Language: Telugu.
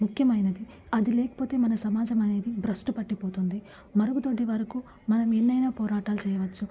ముఖ్యమైనది అది లేకపోతే మన సమాజం అనేది బ్రస్టుపట్టిపోతుంది మరుగుదొడ్డి వరకు మనం ఎన్నైనా పోరాటాలు చేయవచ్చు